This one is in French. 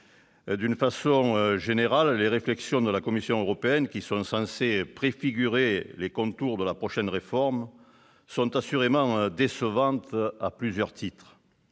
D'une façon générale, les réflexions de la Commission européenne, censées préfigurer les contours de la prochaine réforme, sont assurément décevantes à plusieurs titres.